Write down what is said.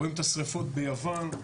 רואים את השריפות ביוון,